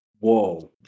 Whoa